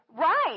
Right